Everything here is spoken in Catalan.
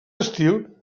estil